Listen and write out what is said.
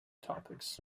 topics